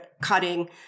cutting